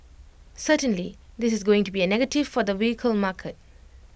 certainly this is going to be A negative for the vehicle market